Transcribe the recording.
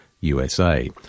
USA